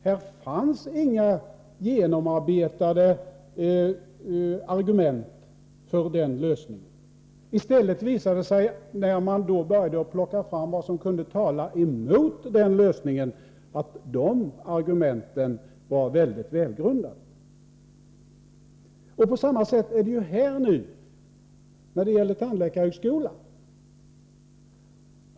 Det fanns inga genomarbetade argument för den lösningen. När man började ta fram vad som kunde tala emot denna lösning visade det sig i stället att argumenten för detta var mycket välgrundade. På samma sätt är det när det gäller tandläkarhögskolan.